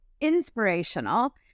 inspirational